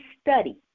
study